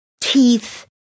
teeth